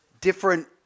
different